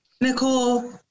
Nicole